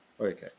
Okay